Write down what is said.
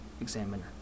examiner